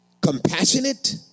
compassionate